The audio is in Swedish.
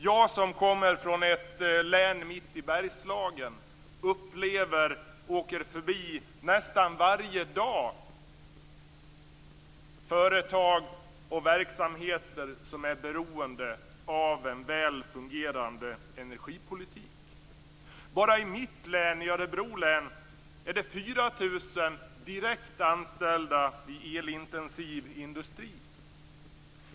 Jag som kommer från ett län mitt i Bergslagen åker nästan varje dag förbi företag och verksamheter som är beroende av en väl fungerande energipolitik. Bara i mitt län, Örebro län, är det 4 000 direkt anställda i elintensiv industri.